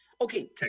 Okay